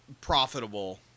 profitable